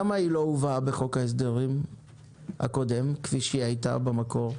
למה היא לא הובאה בחוק ההסדרים הקודם כפי שהיא הייתה במקור?